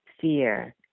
fear